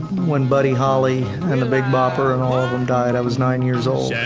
when buddy holly and the big bopper and all ah of them died, i was nine years old. yeah